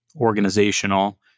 organizational